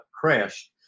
crashed